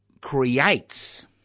creates